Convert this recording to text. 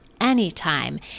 anytime